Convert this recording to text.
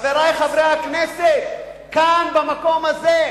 חברי חברי הכנסת, כאן, במקום הזה,